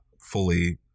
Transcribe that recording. fully